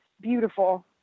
beautiful